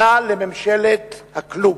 שנה לממשלת הכלום.